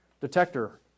detector